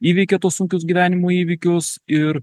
įveikia tuos sunkius gyvenimo įvykius ir